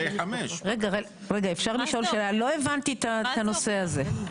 לא הבנתי את הנושא הזה,